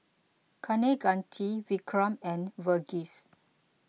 Kaneganti Vikram and Verghese